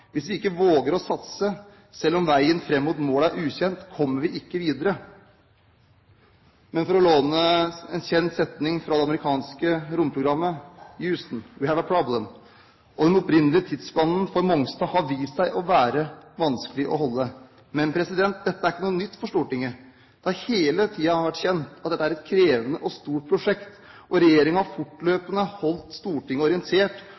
Hvis vi ikke våger å satse, selv om veien fram mot målet er ukjent, kommer vi ikke videre. Men, for å låne en kjent setning fra det amerikanske romprogrammet: «Houston, we have a problem.» Den opprinnelige tidsplanen for Mongstad har vist seg å være vanskelig å holde. Men dette er ikke noe nytt for Stortinget. Det har hele tiden vært kjent at dette er et krevende og stort prosjekt, og regjeringen har fortløpende holdt Stortinget orientert